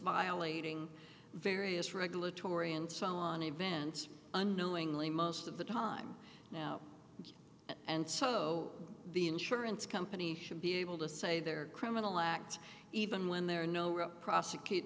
violating various regulatory and so on events unknowingly most of the time now and so the insurance company should be able to say their criminal act even when there are no prosecute